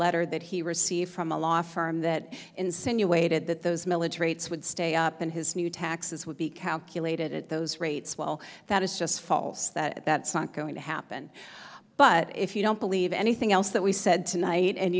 letter that he received from a law firm that insinuated that those military it's would stay up in his new taxes would be calculated at those rates well that is just false that that's not going to happen but if you don't believe anything else that we said tonight and